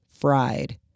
fried